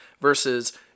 Versus